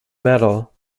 medal